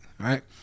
Right